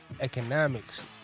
Economics